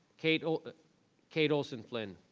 kate kate olson-flynn.